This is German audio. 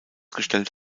gestellt